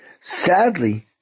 Sadly